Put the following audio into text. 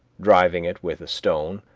driving it with a stone,